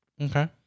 Okay